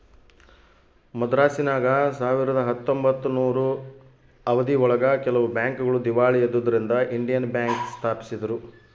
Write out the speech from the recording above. ಮದ್ರಾಸಿನಾಗ ಸಾವಿರದ ಹತ್ತೊಂಬತ್ತನೂರು ಅವಧಿ ಒಳಗ ಕೆಲವು ಬ್ಯಾಂಕ್ ಗಳು ದೀವಾಳಿ ಎದ್ದುದರಿಂದ ಇಂಡಿಯನ್ ಬ್ಯಾಂಕ್ ಸ್ಪಾಪಿಸಿದ್ರು